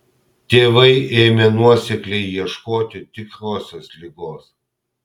tėvai ėmė nuosekliai ieškoti tikrosios ligos